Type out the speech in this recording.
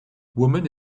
woman